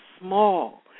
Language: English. small